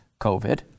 COVID